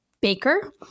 baker